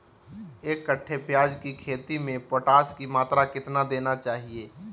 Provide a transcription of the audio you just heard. एक कट्टे प्याज की खेती में पोटास की मात्रा कितना देना चाहिए?